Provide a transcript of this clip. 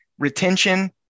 retention